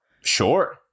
Sure